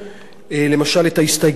למשל את ההסתייגות שלנו,